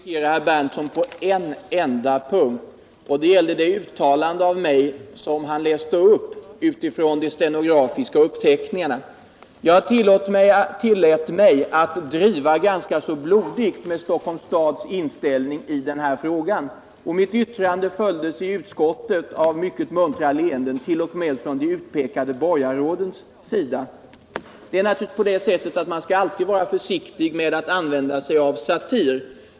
Herr talman! Jag skall replikera herr Berndtson på en enda punkt, och det gäller det uttalande av mig som han läste upp utifrån de stenografiska uppteckningarna. Jag tillät mig att driva ganska blodigt med Stockholms kommuns inställning i den här frågan, och mitt yttrande följdes i utskottet av muntra leenden, t.o.m. från de utpekade borgarrådens sida. Man skall naturligtvis alltid vara försiktig med att använda sig av satir.